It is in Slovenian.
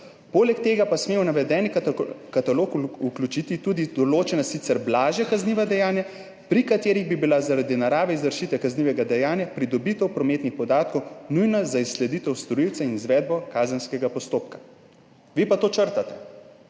»Poleg tega pa sme v navedeni katalog vključiti tudi določena, sicer blažja kazniva dejanja, pri katerih bi bila zaradi narave izvršitve kaznivega dejanja pridobitev prometnih podatkov nujna za izsleditev storilca in izvedbo kazenskega postopka.« Vi pa to črtate.